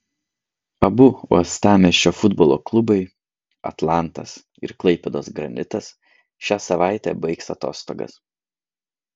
abu uostamiesčio futbolo klubai atlantas ir klaipėdos granitas šią savaitę baigs atostogas